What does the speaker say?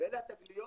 ואלה התגליות